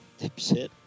dipshit